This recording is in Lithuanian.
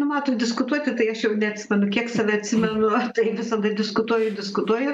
nu matot diskutuoti tai aš jau neatsimenu kiek save atsimenu ar tai visada diskutuoju diskutuoju